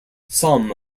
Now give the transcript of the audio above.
some